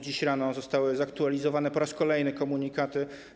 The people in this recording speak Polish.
Dziś rano zostały zaktualizowane po raz kolejny komunikaty.